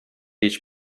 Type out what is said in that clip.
each